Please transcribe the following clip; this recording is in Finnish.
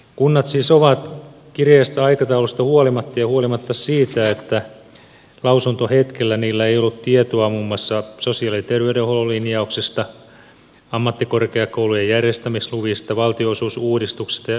kunnat siis ovat kireästä aikataulusta huolimatta ja huolimatta siitä että lausuntohetkellä niillä ei ollut tietoa muun muassa sosiaali ja terveydenhuollon linjauksista ammattikorkeakoulujen järjestämisluvista valtionosuusuudistuksista ja niin edelleen